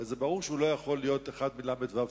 הרי זה ברור שהוא לא יכול להיות אחד מל"ו צדיקים,